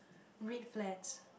red flats